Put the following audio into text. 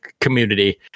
community